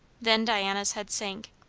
then diana's head sank.